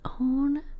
own